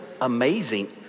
amazing